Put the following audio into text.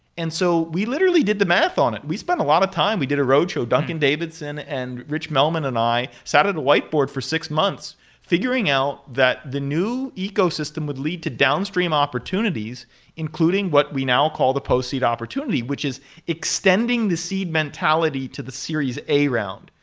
and so we literally did the math on it. we spent a lot of time. we did a roadshow, duncan davidson and rich melman and i sat at the whiteboard for six months figuring out that the new ecosystem would lead to downstream opportunities including what we now call the post-seed opportunity, which is extending the seed mentality to the series a round.